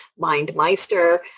MindMeister